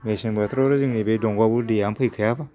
मेसें बोथोराव जोंनि बे दंग'आवबो दैआनो फैखाया